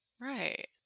Right